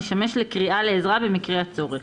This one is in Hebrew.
המשמש לקריאה לעזרה במקרה הצורך.